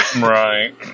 Right